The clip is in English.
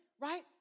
right